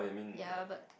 ya but